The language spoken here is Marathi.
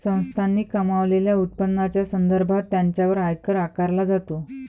संस्थांनी कमावलेल्या उत्पन्नाच्या संदर्भात त्यांच्यावर आयकर आकारला जातो